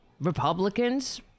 Republicans